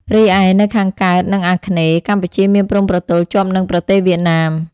រីឯនៅខាងកើត និងអាគ្នេយ៍ កម្ពុជាមានព្រំប្រទល់ជាប់នឹងប្រទេសវៀតណាម។